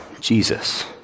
Jesus